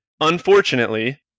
unfortunately